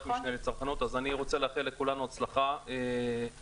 אז אני רוצה לאחל לכולנו הצלחה ואגב,